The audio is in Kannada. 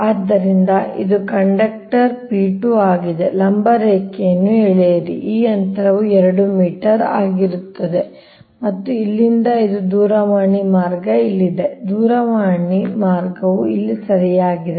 ಆದ್ದರಿಂದ ಇದು ಕಂಡಕ್ಟರ್ P 2 ಆಗಿದೆ ಲಂಬ ರೇಖೆಯನ್ನು ಎಳೆಯಿರಿ ಈ ಅಂತರವು 2 ಮೀಟರ್ ಈ ಅಂತರವು 2 ಮೀಟರ್ ಮತ್ತು ಇಲ್ಲಿಂದ ಇದು ದೂರವಾಣಿ ಮಾರ್ಗ ಇಲ್ಲಿದೆ ದೂರವಾಣಿ ದೂರವಾಣಿ ಮಾರ್ಗವು ಇಲ್ಲಿ ಸರಿಯಾಗಿದೆ